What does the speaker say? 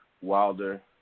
Wilder